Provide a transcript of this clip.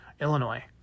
Illinois